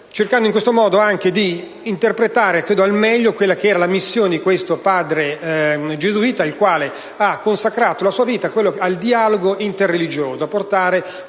cercando in questo modo di interpretare al meglio la missione di questo padre gesuita, il quale ha consacrato la sua vita al dialogo interreligioso, a portare